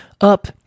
up